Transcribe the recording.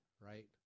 Right